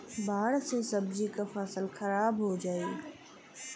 बाढ़ से सब्जी क फसल खराब हो जाई